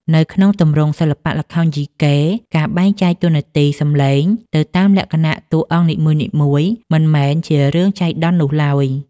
នៅក្នុងទម្រង់សិល្បៈល្ខោនយីកេ ការបែងចែកតួនាទីសំឡេងទៅតាមលក្ខណៈតួអង្គនីមួយៗ មិនមែនជារឿងចៃដន្យនោះឡើយ។